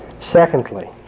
Secondly